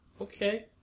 Okay